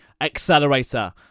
accelerator